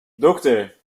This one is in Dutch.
dokter